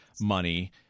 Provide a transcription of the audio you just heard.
money